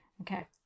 Okay